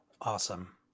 Awesome